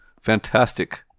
fantastic